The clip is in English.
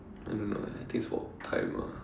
and then like I thing it's about time lah